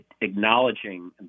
acknowledging